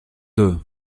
deux